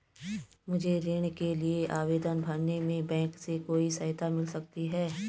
मुझे ऋण के लिए आवेदन भरने में बैंक से कोई सहायता मिल सकती है?